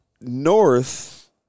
north